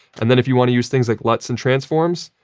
and then if you want to use things like luts and transforms,